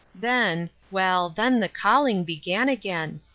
then well, then the calling began again!